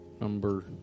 number